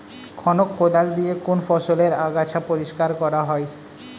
খনক কোদাল দিয়ে কোন ফসলের আগাছা পরিষ্কার করা হয়?